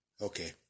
Okay